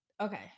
Okay